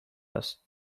است